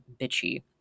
bitchy